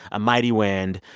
a mighty wind.